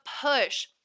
push